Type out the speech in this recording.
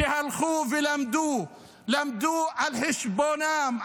שהלכו ולמדו על חשבונם,